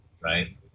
Right